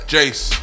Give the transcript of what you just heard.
Jace